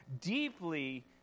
deeply